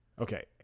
Okay